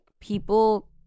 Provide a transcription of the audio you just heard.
people